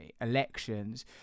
elections